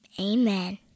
Amen